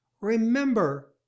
remember